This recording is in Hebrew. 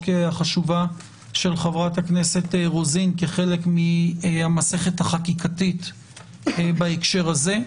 החשובה של חברת הכנסת רוזין כחלק מהמסכת החקיקתית בהקשר הזה.